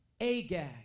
Agag